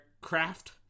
Craft